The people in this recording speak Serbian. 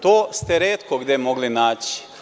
To ste retko gde mogli naći.